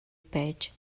байж